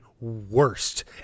worst